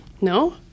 No